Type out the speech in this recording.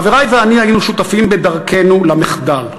חברי ואני היינו שותפים בדרכנו למחדל.